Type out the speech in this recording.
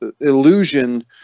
illusion